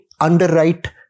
underwrite